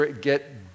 get